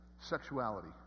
Sexuality